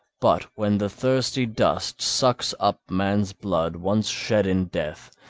but when the thirsty dust sucks up man's blood once shed in death,